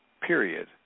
period